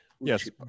Yes